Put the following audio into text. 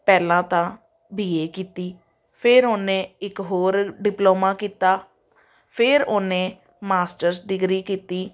ਪਹਿਲਾਂ ਤਾਂ B A ਕੀਤੀ ਫਿਰ ਉਹਨੇ ਇੱਕ ਹੋਰ ਡਿਪਲੋਮਾ ਕੀਤਾ ਫਿਰ ਉਹਨੇ ਮਾਸਟਰਸ ਡਿਗਰੀ ਕੀਤੀ